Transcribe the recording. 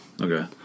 Okay